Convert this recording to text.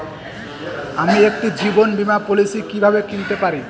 আমি একটি জীবন বীমা পলিসি কিভাবে কিনতে পারি?